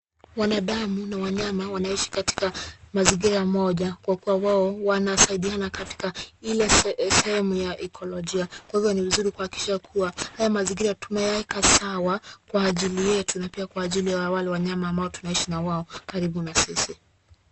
Wanadamu na wanyama wanaishi katika mazingira moja kwa kuwa wao wanasaidiana katika ile sehemu ya ekolojia kwa hivyo ni vizuri kuhakikisha kuwa haya mazingira tumeyaeka sawa kwa ajili yetu na pia kwa ajili ya hawa wanyama ambao tunaishi na wao karibu na sisi.